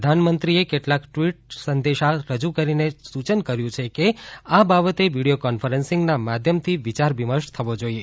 પ્રધાનમંત્રીએ કેટલાક ટ્વીટ કરીને સૂચન કર્યું છે કે આ બાબતે વીડિયો કોન્ફરન્સિંગના માધ્યમથી વિચાર વિમર્શ થવો જોઈએ